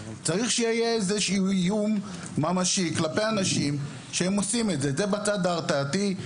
צריך שיהיה איזשהו איום ממשי כלפי אנשים שעושים את זה זה בצד ההרתעתי.